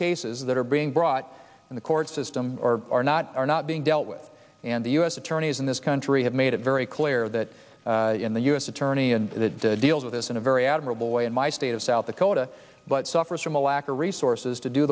cases that are being brought in the court system or are not are not being dealt with and the u s attorneys in this country have made it very clear that the u s attorney and the deals with this in a very admirable way in my state of south dakota but suffers from a lack